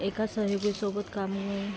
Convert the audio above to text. एका सहयोगी सोबत काम